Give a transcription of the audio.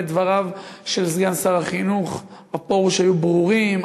ודבריו של סגן שר החינוך מר פרוש היו ברורים,